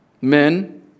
men